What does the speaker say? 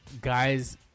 guys